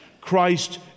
Christ